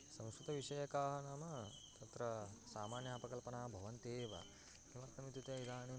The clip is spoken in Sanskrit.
संस्कृतविषयकाः नाम तत्र सामान्य अपकल्पनाः भवन्ति एव किमर्थमित्युक्ते इदानीं